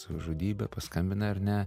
savižudybę paskambina ar ne